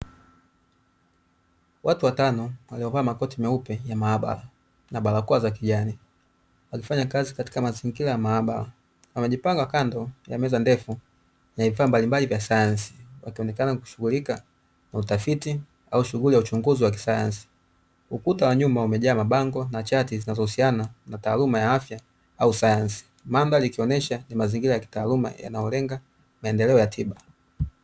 Watu watano waliovaa makoti meupe ya maabara na barakoa za kijani, wakifanya kazi katika mazingira ya maabara, wamejipanga kando ya meza ndefu yenye vifaa mbalimbali vya sayansi wakionekana kushughulika na utafiti au shughuli ya uchunguzi wa kisayansi. Ukuta wa nyuma wamejaa mabango na chati zinazohusiana na taaluma ya afya au sayansi, mandhari ikionyesha ni mazingira ya kitaaluma yanayolenga maendeleo ya tiba.